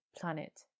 planet